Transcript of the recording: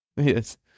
Yes